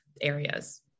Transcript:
areas